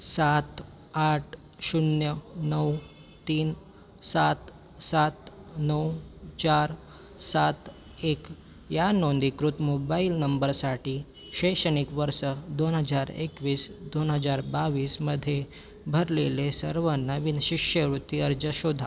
सात आठ शून्य नऊ तीन सात सात नऊ चार सात एक या नोंदीकृत मोबाईल नंबरसाठी शैक्षणिक वर्ष दोन हजार एकवीस दोन हजार बावीसमध्ये भरलेले सर्व नवीन शिष्यवृत्ती अर्ज शोधा